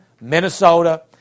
Minnesota